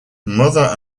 mother